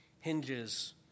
hinges